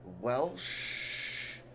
Welsh